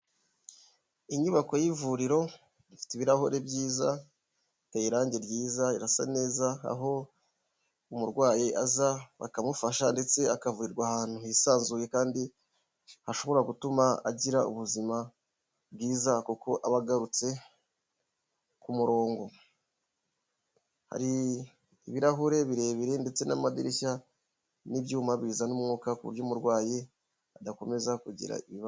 Inyubako y'ivuriro, ifite ibirahuri byiza, iteyeyi irangi ryiza, irasa neza, aho umurwayi aza bakamufasha, ndetse akavurirwa ahantu hisanzuye, kandi hashobora gutuma agira ubuzima bwiza, kuko aba agarutse ku murongo, hari ibirahure birebire ndetse n'amadirishya, n'ibyuma bizaza umwuka, kuburyo umurwayi adakomeza kugira ibibazo.